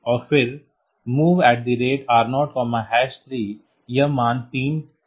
और फिर MOV R03 हम मान 3 डाल रहे हैं